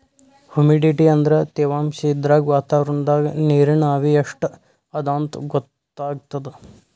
humidity ಅಂದ್ರ ತೆವಾಂಶ್ ಇದ್ರಾಗ್ ವಾತಾವರಣ್ದಾಗ್ ನೀರಿನ್ ಆವಿ ಎಷ್ಟ್ ಅದಾಂತ್ ಗೊತ್ತಾಗ್ತದ್